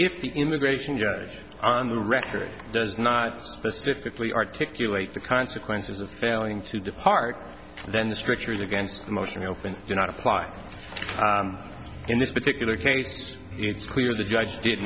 if the immigration judge on the record does not specifically articulate the consequences of failing to depart then the strictures against the motion open do not apply in this particular case it's clear the judge did